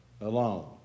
alone